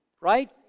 Right